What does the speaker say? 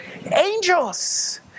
Angels